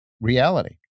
reality